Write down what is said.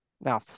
Now